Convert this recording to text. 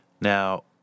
Now